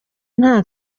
nta